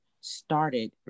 started